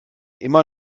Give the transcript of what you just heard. immer